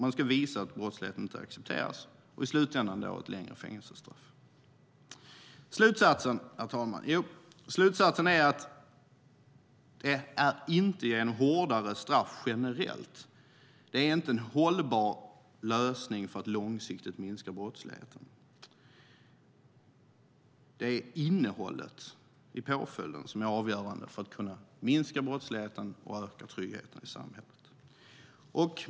Man ska visa tydligt att brottsligheten inte accepteras, och i slutändan blir det ett längre fängelsestraff. Vad blir då slutsatsen, herr talman? Jo, slutsatsen är att hårdare straff generellt inte är någon hållbar lösning för att långsiktigt minska brottsligheten. Det är innehållet i påföljden som är avgörande för att man ska kunna minska brottsligheten och öka tryggheten i samhället.